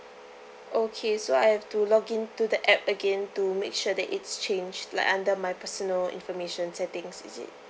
okay so I have to login to the app again to make sure that it's change like under my personal information settings is it